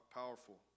powerful